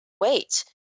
wait